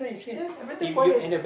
then I better quiet